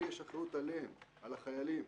לי יש אחריות עליהם, על החיילים.